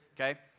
okay